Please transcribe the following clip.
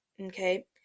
Okay